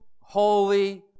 holy